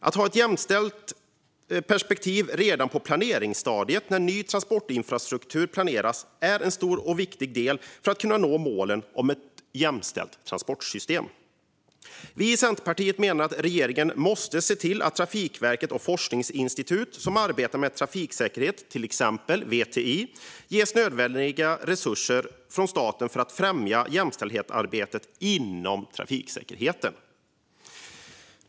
Att ha ett jämställdhetsperspektiv redan på planeringsstadiet när det gäller ny transportinfrastruktur är en stor och viktig del för att vi ska kunna nå målen om ett jämställt transportsystem. Vi i Centerpartiet menar att regeringen måste se till att Trafikverket och de forskningsinstitut som arbetar med trafiksäkerhet, till exempel VTI, ges nödvändiga resurser från staten för att främja jämställdhetsarbetet inom trafiksäkerheten.